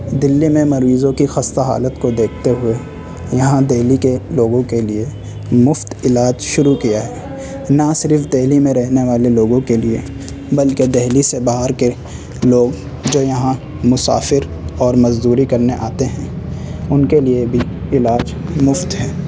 دہلی میں مریضوں کی خستہ حالت کو دیکھتے ہوئے یہاں دہلی کے لوگوں کے لیے مفت علاج شروع کیا ہے نہ صرف دہلی میں رہنے والے لوگوں کے لیے بلکہ دہلی سے باہر کے لوگ جو یہاں مسافر اور مزدوری کرنے آتے ہیں ان کے لیے بھی علاج مفت ہیں